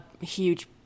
huge